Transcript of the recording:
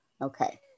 Okay